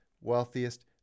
wealthiest